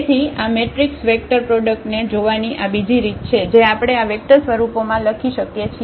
તેથી આ matrix vector પ્રોડક્ટને જોવાની આ બીજી રીત છે જે આપણે આ વેક્ટર સ્વરૂપોમાં લખી શકીએ છીએ